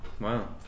Wow